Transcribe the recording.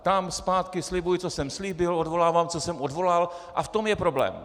Tam, zpátky, slibuji, co jsem slíbil, odvolávám, co jsem odvolal, a v tom je problém.